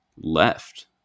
left